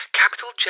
capital